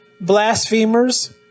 blasphemers